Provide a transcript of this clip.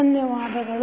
ದನ್ಯವಾದಗಳು